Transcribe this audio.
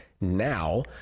now